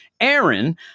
Aaron